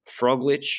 Froglich